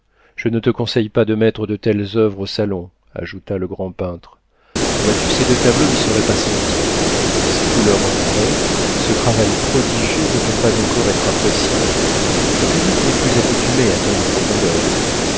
je ne te conseille pas de mettre de telles oeuvres au salon ajouta le grand peintre vois-tu ces deux tableaux n'y seraient pas sentis ces couleurs vraies ce travail prodigieux ne peuvent pas encore être appréciés le public n'est plus accoutumé à tant de profondeur